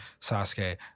Sasuke